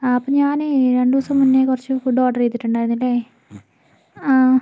ആ അപ്പം ഞാന് രണ്ട് ദിവസം മുന്നെ കുറച്ച് ഫുഡ്ഡ് ഓർഡർ ചെയ്തിട്ട് ഇണ്ടായിരിന്നില്ലെ ആ